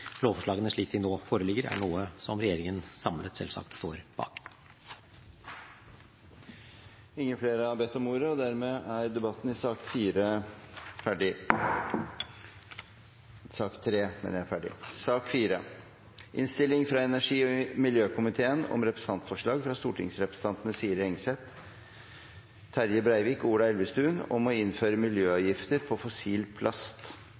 Lovforslagene slik de nå foreligger, er noe som regjeringen samlet selvsagt står bak. Flere har ikke bedt om ordet til sak nr. 3. Etter ønske fra energi- og miljøkomiteen